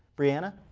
brianna?